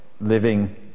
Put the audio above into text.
living